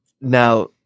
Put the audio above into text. now